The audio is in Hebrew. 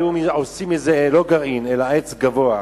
היו עושים מזה לא גרעין אלא עץ גבוה.